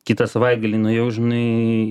kitą savaitgalį nuėjau žinai